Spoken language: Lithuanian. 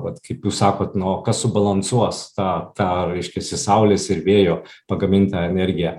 vat kaip jūs sakot nuo kas subalansuos tą tą reiškiasi saulės ir vėjo pagamintą energiją